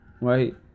right